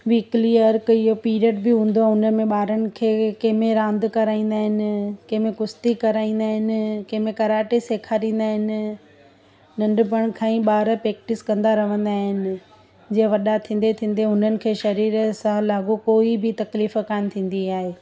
weekly हर हिक इहो पीरियड बि हूंदो आह उनमें ॿारनि खे कंहिं में रांदि कराईंदा आहिनि कंहिं में कुश्ती कराईंदा आहिनि कंहिं में कराटे सेखारींदा आहिनि नंढपण खां ई ॿार प्रेक्टिस कंदा रहंदा आहिनि जीअं वॾा थींदे थींदे उन्हनि खे शरीर सां लाॻापो कोई बि तकलीफ़ कान थींदी आहे